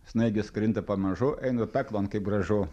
snaigės krinta pamažu eina peklon kaip gražu